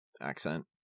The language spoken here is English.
accent